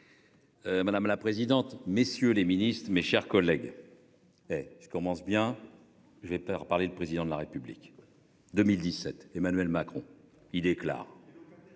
Madame la présidente, messieurs les ministres, mes chers collègues. Je commence bien. J'ai peur parler le président de la République. 2017. Emmanuel Macron, il déclare.